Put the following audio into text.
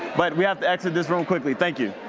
but we have to exit this room quickly, thank you.